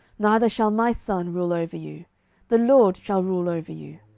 neither shall my son rule over you the lord shall rule over you.